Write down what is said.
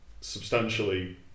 substantially